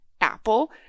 Apple